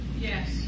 Yes